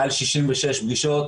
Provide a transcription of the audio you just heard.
במעל 66 פגישות,